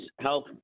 health